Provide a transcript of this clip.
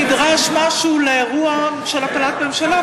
נדרש משהו לאירוע של הפלת ממשלה,